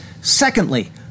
Secondly